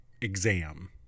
exam